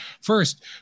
First